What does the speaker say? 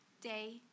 day